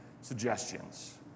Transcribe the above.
suggestions